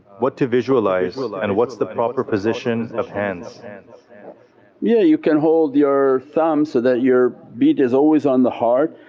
what to visualize and what's the proper position of hands? yeah you can hold your thumb so that your beat is always on the heart.